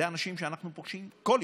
אלה אנשים שאנחנו פוגשים כל יום,